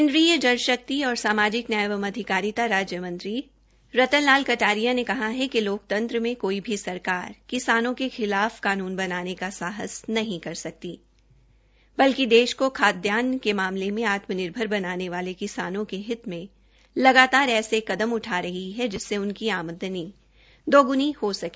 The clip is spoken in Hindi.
केन्द्रीय जल शक्ति और सामाजिक नयाय एवं अधिकारिता राज्य मंत्री रतन लाल कटारिया ने कहा है कि लोकतंत्र मे कोई भी सरकार किसानों के खिलाफ कानून बनाने का साहस नहीं कर सकती बल्कि देश को खद्यान के मामले में आत्मनिर्भर बनाने वाले किसानों के हित में लगातार ऐसे कदम उठा रही है जिससे उनकी आमदनी दोगुनी हो सके